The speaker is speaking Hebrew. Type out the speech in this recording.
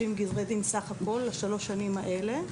גזרי דין סך הכול לשלוש שנים האלה,